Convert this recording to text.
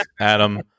Adam